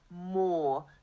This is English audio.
more